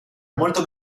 molto